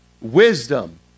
wisdom